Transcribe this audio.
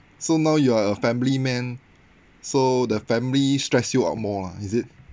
so now you are a family man so the family stress you out more lah is it